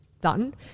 done